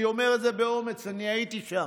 אני אומר את זה באומץ, אני הייתי שם,